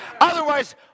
Otherwise